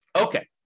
Okay